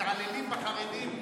מתעללים בחרדים,